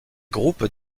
groupes